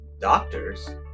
Doctors